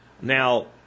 Now